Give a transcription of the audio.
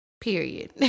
Period